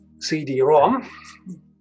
CD-ROM